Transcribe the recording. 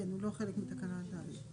כן, היא לא חלק מתקנת משנה (ד).